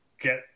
get